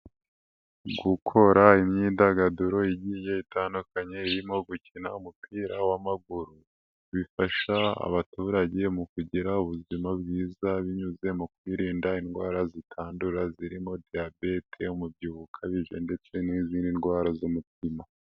Gukora imyidagaduro igiye itandukanye irimo gukina umupira w'amaguru, bifasha abaturage mu kugira ubuzima bwiza binyuze mu kwirinda indwara zitandura zirimo diyabete, umubyibuho ukabije ndetse n'izindi ndwara z'umutima.